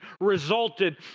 resulted